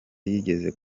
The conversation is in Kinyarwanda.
yigeze